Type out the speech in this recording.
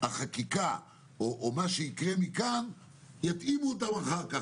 החקיקה יתאימו גם אחר כך,